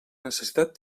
necessitat